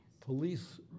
police